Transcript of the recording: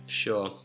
sure